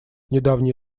недавние